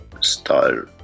style